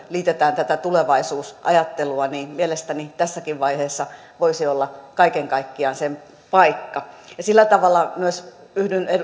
liitetään aina tätä tulevaisuusajattelua niin mielestäni tässäkin vaiheessa voisi olla kaiken kaikkiaan sen paikka sillä tavalla myös yhdyn